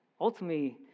ultimately